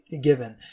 given